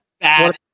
bad